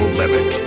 limit